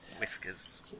Whiskers